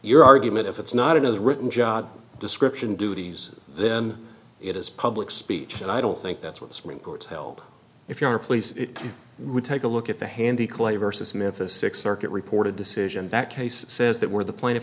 your argument if it's not it is written job description duties then it is public speech and i don't think that's what supreme court's help if you are please it would take a look at the handy clay versus memphis six circuit reported decision that case says that where the pla